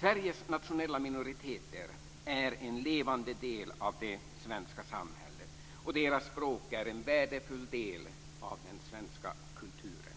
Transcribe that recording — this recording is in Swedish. Sveriges nationella minoriteter är en levande del av det svenska samhället. Deras språk är en värdefull del av den svenska kulturen.